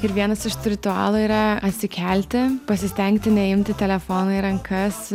ir vienas iš tų ritualų yra atsikelti pasistengti neimti telefono į rankas